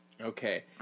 Okay